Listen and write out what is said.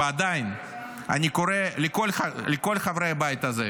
ועדיין, אני קורא לכל חברי הבית הזה,